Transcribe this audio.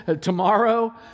tomorrow